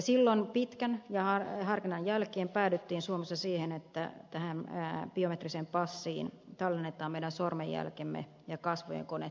silloin pitkän harkinnan jälkeen päädyttiin suomessa siihen että biometriseen passiin tallennetaan meidän sormenjälkemme ja kasvin kone